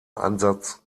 ansatz